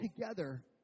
together